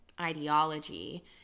ideology